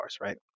right